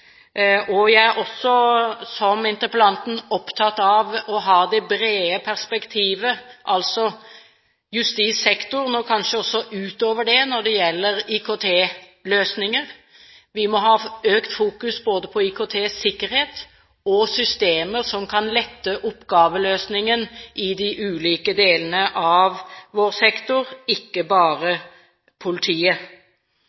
Jeg er også, som interpellanten, opptatt av å ha det brede perspektivet – altså justissektoren og kanskje også utover det – når det gjelder IKT-løsninger. Vi må ha økt fokus på både IKT-sikkerhet og -systemer som kan lette oppgaveløsningen i de ulike delene av vår sektor, ikke bare